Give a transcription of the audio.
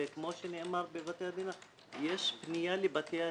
וכמו שנאמר בבתי הדין,